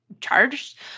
charged